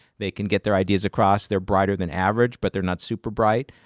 they can get their ideas across. they're brighter than average, but they're not super bright.